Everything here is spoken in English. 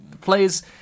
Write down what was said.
players